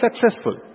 successful